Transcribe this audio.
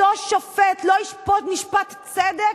אותו שופט לא ישפוט משפט צדק?